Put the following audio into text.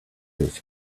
his